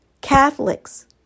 Catholics